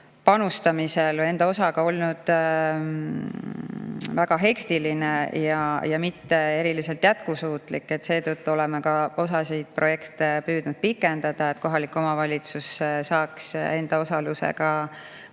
panustada olnud väga hektiline ja mitte eriti jätkusuutlik. Seetõttu oleme osasid projekte püüdnud pikendada, et kohalik omavalitsus saaks oma osalusega